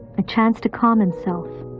a chance to calm himself,